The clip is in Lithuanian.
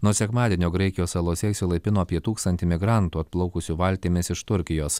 nuo sekmadienio graikijos salose išsilaipino apie tūkstantį migrantų atplaukusių valtimis iš turkijos